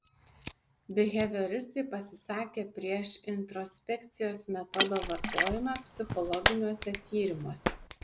bihevioristai pasisakė prieš introspekcijos metodo vartojimą psichologiniuose tyrimuose